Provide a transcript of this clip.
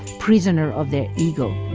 prisoner of their ego.